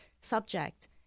subject